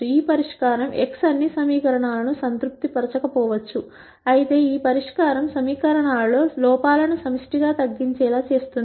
ఈ పరిష్కారం x అన్ని సమీకరణాలను సంతృప్తిపరచకపోవచ్చు అయితే ఈ పరిష్కారం సమీకరణాలలో లోపాలను సమిష్టి గా తగ్గించేలా చేస్తుంది